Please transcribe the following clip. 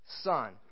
Son